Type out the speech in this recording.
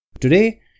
Today